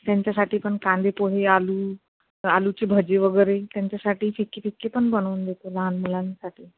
त्यांच्यासाठी पण कांदेपोहे आलु आलूचे भजे वगैरे त्यांच्यासाठी फिकी फिकी पण बनवून देतो लहान मुलांसाठी